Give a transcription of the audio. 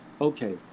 Okay